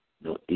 no